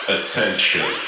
Attention